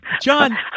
John